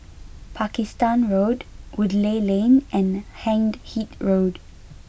Pakistan Road Woodleigh Lane and Hindhede Road